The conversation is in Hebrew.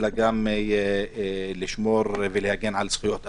אלא גם לשמור ולהגן על זכויות אדם.